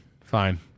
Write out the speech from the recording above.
Fine